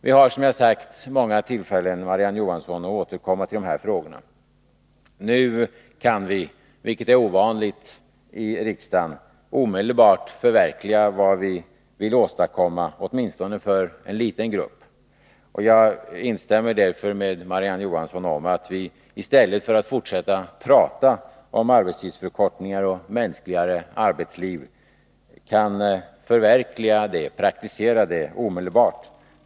Vi har, som sagt, många tillfällen att återkomma till de här frågorna, Marie-Ann Johansson. Nu kan vi, vilket är ovanligt i riksdagen, omedelbart förverkliga vad vi vill åstadkomma — åtminstone för en liten grupp. Jag instämmer därför med Marie-Ann Johansson i att vi, i stället för att fortsätta att prata om arbetstidsförkortning och mänskligare arbetsliv, skall försöka förverkliga våra idéer omedelbart.